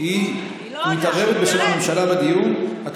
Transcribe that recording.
היא מתערבת בשם הממשלה בדיון.